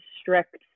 strict